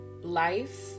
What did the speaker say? life